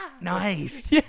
Nice